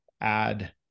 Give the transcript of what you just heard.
add